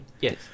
yes